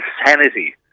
insanity